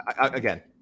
again